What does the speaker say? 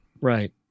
Right